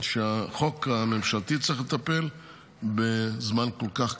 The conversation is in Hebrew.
שהחוק הממשלתי צריך לטפל בזמן כל כך קצר.